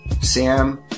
Sam